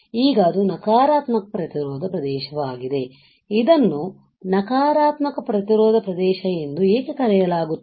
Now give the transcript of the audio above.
ಈಗ ಅದು ನಕಾರಾತ್ಮಕ ಪ್ರತಿರೋಧnegative resistance ಪ್ರದೇಶವಾಗಿದೆ ಇದನ್ನು ನಕಾರಾತ್ಮಕ ಪ್ರತಿರೋಧ ಪ್ರದೇಶ ಎಂದು ಏಕೆ ಕರೆಯಲಾಗುತ್ತದೆ